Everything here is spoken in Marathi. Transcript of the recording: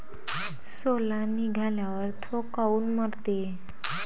सोला निघाल्यावर थो काऊन मरते?